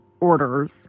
orders